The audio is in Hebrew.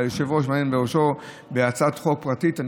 והיושב-ראש מהנהן בראשו, בהצעת חוק פרטית.